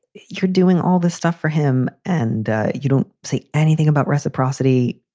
you're doing all this stuff for him and you don't say anything about reciprocity.